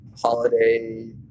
holiday